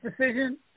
decision